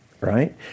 right